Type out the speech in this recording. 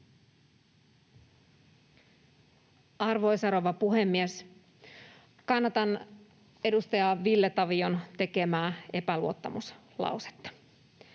Arvoisa rouva puhemies! Kannatan edustaja Ville Tavion tekemää epäluottamuslausetta.